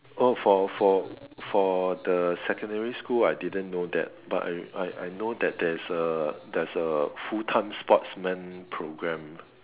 oh for for for the secondary school I didn't know that but I I I know that there's a there's a full time sportsmen programme